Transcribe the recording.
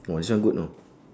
!wah! this one good know